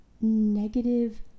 negative